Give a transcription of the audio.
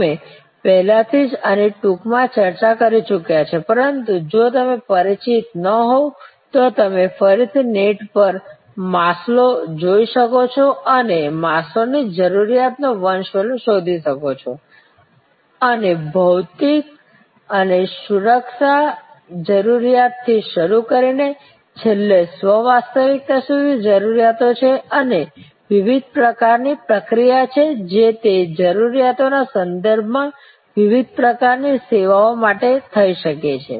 અમે પહેલાથી જ આની ટૂંકમાં ચર્ચા કરી ચૂક્યા છીએ પરંતુ જો તમે પરિચિત ન હોવ તો તમે ફરીથી નેટ પર મસ્લો જઈ શકો છો અનેમસ્લો ની જરૂરિયાતોનો વંશવેલો શોધી શકો છો અને ભૌતિક અને સુરક્ષા જરૂરિયાતોથી શરૂ કરીને છેલ્લે સ્વ વાસ્તવિકતા સુધી જરૂરિયાતો છે અને વિવિધ પ્રકારની પ્રક્રિયા છે જે તે જરૂરિયાતોના સંદર્ભમાં વિવિધ પ્રકારની સેવાઓ માટે થઈ શકે છે